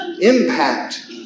impact